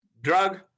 drug